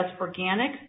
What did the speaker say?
organic